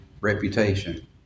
reputation